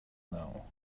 now